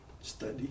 Study